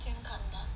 健康 ah